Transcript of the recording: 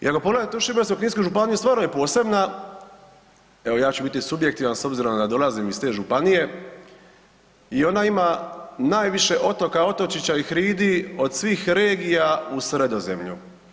I ako pogledate tu Šibensko-kninsku županiju, stvarno je posebna, evo ja ću biti subjektivan s obzirom da dolazim iz te županije, i ona ima najviše otoka, otočića i hridi od svih regija u Sredozemlju.